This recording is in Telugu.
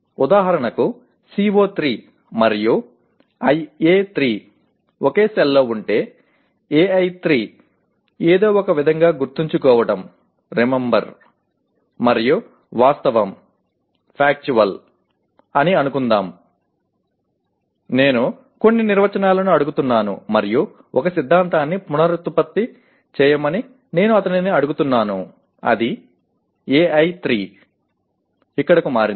ఉదాహరణకు CO3 మరియు IA3 ఒకే సెల్లో ఉంటే AI3 ఏదో ఒకవిధంగా గుర్తుంచుకోవడంరిమెంబర్ మరియు వాస్తవంఫెక్చువల్ అని అనుకుందాం నేను కొన్ని నిర్వచనాలను అడుగుతున్నాను మరియు ఒక సిద్ధాంతాన్ని పునరుత్పత్తి చేయమని నేను అతనిని అడుగుతున్నాను అది AI3 ఇక్కడకు మారింది